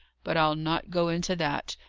but i'll not go into that,